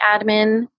admin